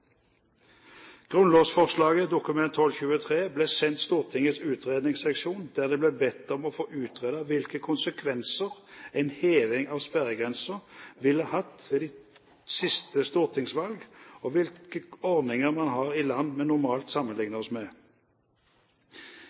Grunnlovsforslaget, Dokument nr. 12:23 for 2007–2008, ble sendt Stortingets utredningsseksjon der det ble bedt om å få utredet hvilke konsekvenser en heving av sperregrensen ville fått ved de siste stortingsvalg, og hvilke ordninger man har i land vi normalt sammenligner oss med.